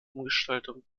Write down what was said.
umgestaltung